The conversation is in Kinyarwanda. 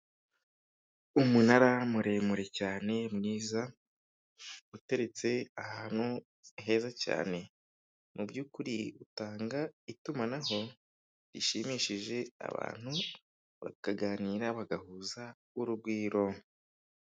Umunara muremure cyane mwiza, uteretse ahantu heza cyane, mu by'ukuri utanga itumanaho rishimishije abantu bakaganira, bagahuza urugwiro.